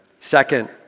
Second